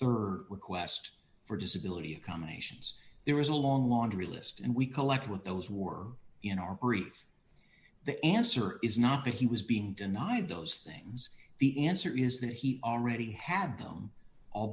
the rd request for disability accommodations there is a long laundry list and we collect with those who are in our briefs the answer is not that he was being denied those things the answer is that he already had them al